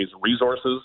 resources